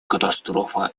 катастрофа